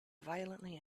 violently